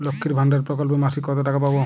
লক্ষ্মীর ভান্ডার প্রকল্পে মাসিক কত টাকা পাব?